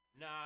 Nah